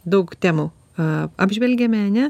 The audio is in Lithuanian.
daug temų a apžvelgėme ane